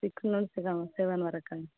six నుంచి seven వరకు